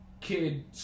kid